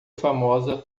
famosa